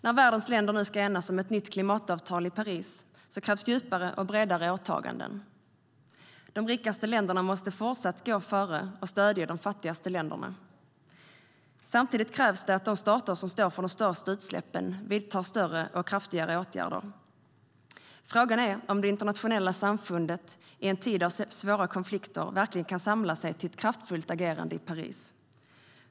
När världens länder nu ska enas om ett nytt klimatavtal i Paris krävs djupare och bredare åtaganden. De rikaste länderna måste fortsatt gå före och stödja de fattigaste länderna. Samtidigt krävs det att de stater som står för de största utsläppen vidtar större och kraftigare åtgärder. Frågan är om det internationella samfundet i en tid av svåra konflikter verkligen kan samla sig till ett kraftfullt agerande i Paris.